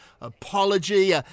apology